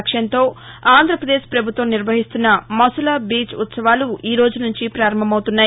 లక్ష్యంతో ఆంధ్రాపదేశ్ ప్రభుత్వం నిర్వహిస్తున్న మసులా బీచ్ ఉత్సవాలు ఈ రోజు నుంచి ప్రపారంభమవుతున్నాయి